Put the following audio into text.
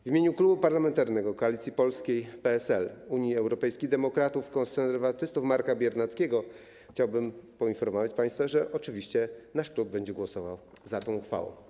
W imieniu Klubu Parlamentarnego Koalicja Polska - PSL, Unia Europejskich Demokratów, Konserwatyści Marka Biernackiego chciałbym poinformować państwa, że oczywiście nasz klub będzie głosował za tą uchwałą.